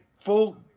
full